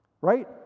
right